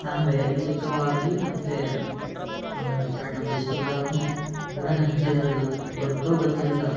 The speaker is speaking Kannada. ನಾನು ವೈಯಕ್ತಿಕವಾಗಿ ಮತ್ತು ನಮ್ಮ ಈ ಕಡೆ ನಮ್ಮ ಡಿಸ್ಟಿಕ್ದಾಗ್ನು ಮೂಢನಂಬಿಕೆ ಇರೋದು ಗೊತ್ತೋ ಗೊತ್ತಿಲ್ದೇ